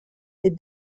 est